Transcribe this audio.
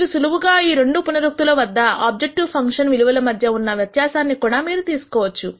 మీరు సులువుగా ఈ రెండు పునరుక్తి లు వద్దా ఆబ్జెక్టివ్ ఫంక్షన్స్ విలువల మధ్య ఉన్న వ్యత్యాసాన్ని కూడా మీరు తీసుకోవచ్చు